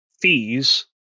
fees